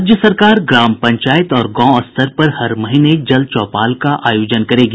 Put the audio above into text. राज्य सरकार ग्राम पंचायत और गांव स्तर पर हर महीने जल चौपाल का आयोजन करेगी